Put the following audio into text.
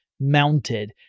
mounted